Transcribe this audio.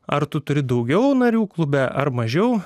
ar tu turi daugiau narių klube ar mažiau